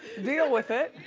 deal with it.